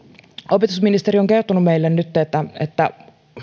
opetusministeri on kertonut meille nyt että että